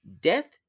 Death